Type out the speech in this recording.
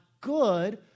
good